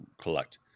collect